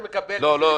לא.